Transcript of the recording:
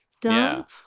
dump